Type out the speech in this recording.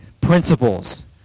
principles